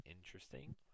interesting